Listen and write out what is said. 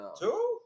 Two